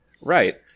Right